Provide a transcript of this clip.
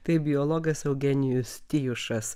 tai biologas eugenijus tijušas